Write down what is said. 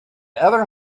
other